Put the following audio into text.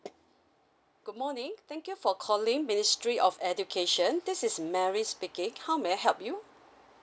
good morning thank you for calling ministry of education this is mary speaking how may I help you